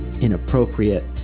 inappropriate